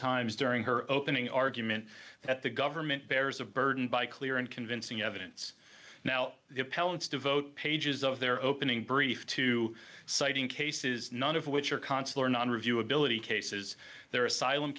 times during her opening argument that the government bears a burden by clear and convincing evidence now the appellant's devote pages of their opening brief to citing cases none of which are consular non review ability cases their asylum